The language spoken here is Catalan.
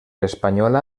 espanyola